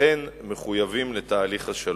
אכן מחויבים לתהליך השלום.